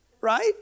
Right